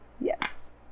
Yes